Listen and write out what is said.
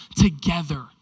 together